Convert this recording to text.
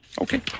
Okay